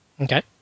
okay